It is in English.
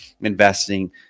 investing